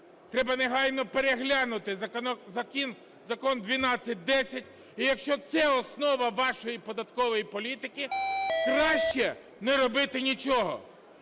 Треба негайно переглянути Закон 1210. І якщо це основа вашої податкової політики, краще не робити нічого.